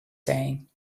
saying